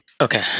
Okay